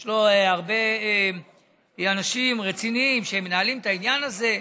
יש לו הרבה אנשים רציניים שמנהלים את העניין הזה.